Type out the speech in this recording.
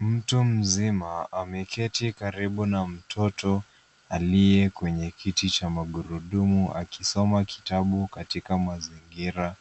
Mtu mzima, ameketi karibu na mtoto, aliye kwenye kiti cha magurudumu akisoma kitabu katika mazingira,